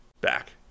back